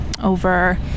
over